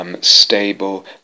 stable